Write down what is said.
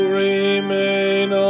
remain